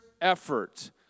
effort